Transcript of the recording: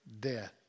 death